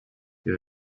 wir